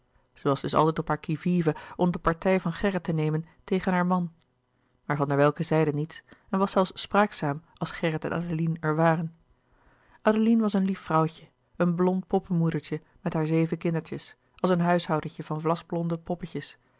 was dus altijd op haar qui vive om de partij van gerrit te nemen tegen haar louis couperus de boeken der kleine zielen man maar van der welcke zeide niets en was zelfs spraakzaam als gerrit en adeline er waren adeline was een lief vrouwtje een blond poppemoedertje met haar zeven kindertjes als een huishoudentje van vlasblonde poppetjes